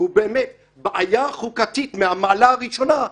הוא באמת בעיה חוקתית מהמעלה הראשונה.